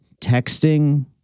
texting